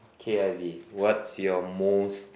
K_I_V what's your most